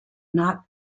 not